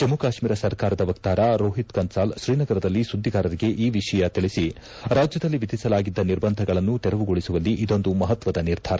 ಜಮ್ಮು ಕಾಶ್ನೀರ ಸರ್ಕಾರದ ವಕ್ತಾರ ರೋಹಿತ್ ಕನ್ಲಾಲ್ ಶ್ರೀನಗರದಲ್ಲಿ ಸುದ್ದಿಗಾರರಿಗೆ ಈ ವಿಷಯ ತಿಳಿಸಿ ರಾಜ್ಯದಲ್ಲಿ ವಿಧಿಸಲಾಗಿದ್ದ ನಿರ್ಬಂಧಗಳನ್ನು ತೆರವುಗೊಳಿಸುವಲ್ಲಿ ಇದೊಂದು ಮಹತ್ವದ ನಿರ್ಧಾರ